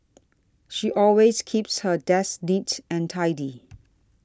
she always keeps her desk neat and tidy